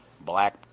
black